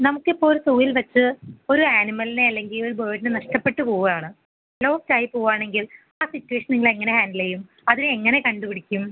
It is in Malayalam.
നമുക്കിപ്പൊരു സൂവിൽ വെച്ച് ഒരാനിമൽനെ അല്ലെങ്കിൽ ഒരു ബേഡിനെ നഷ്ടപ്പെട്ട് പോവാണ് ലോസ്റ്റായി പോവാണെങ്കിൽ ആ സിറ്റുവേഷൻ നിങ്ങളെങ്ങനെ ഹാൻഡിൽ ചെയ്യും അതിനെയെങ്ങനെ കണ്ടു പിടിക്കും